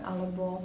Alebo